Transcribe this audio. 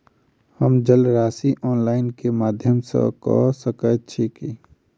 हम जलक राशि ऑनलाइन केँ माध्यम सँ कऽ सकैत छी?